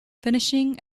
finishing